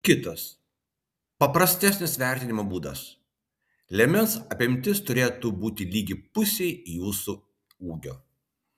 kitas paprastesnis vertinimo būdas liemens apimtis turėtų būti lygi pusei jūsų ūgio